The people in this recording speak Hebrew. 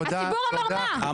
מה הציבור אמר?